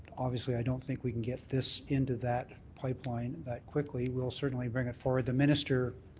obviously, i don't think we can get this into that pipeline that quickly. we'll certainly bring it forward. the minister,